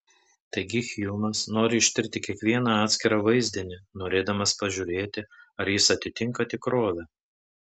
taigi hjumas nori ištirti kiekvieną atskirą vaizdinį norėdamas pažiūrėti ar jis atitinka tikrovę